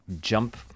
jump